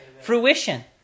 fruition